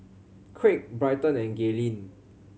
Craig Bryton and Gaylene